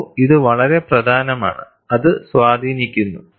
നോക്കൂ ഇത് വളരെ പ്രധാനമാണ് അത് സ്വാധീനിക്കുന്നു